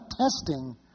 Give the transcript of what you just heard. testing